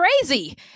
crazy